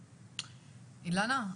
אילנה,